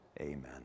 amen